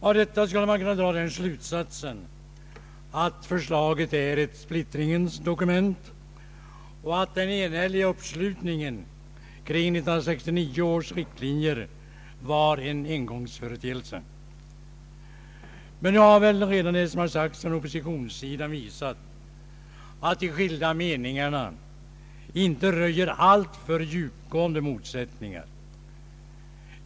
Av detta skulle man kunna dra den slutsatsen att förslaget är ett splittringens dokument och att den enhälliga uppslutningen kring 1969 års riktlinjer var en engångsföreteelse. Nu har väl det som redan sagts från oppositionssidan visat att de skilda meningarna inte röjer alltför djupgående motsättningar.